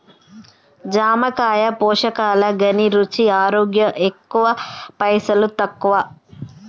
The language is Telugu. జామకాయ పోషకాల ఘనీ, రుచి, ఆరోగ్యం ఎక్కువ పైసల్ తక్కువ